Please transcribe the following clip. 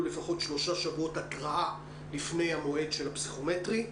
לפחות שלושה שבועות התראה לפני המועד של הפסיכומטרי.